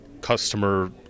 customer